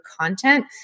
content